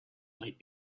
might